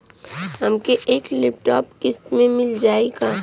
हमके एक लैपटॉप किस्त मे मिल जाई का?